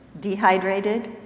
dehydrated